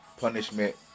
punishment